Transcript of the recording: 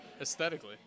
aesthetically